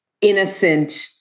innocent